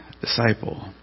disciple